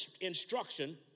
instruction